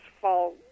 fall